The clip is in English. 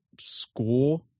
score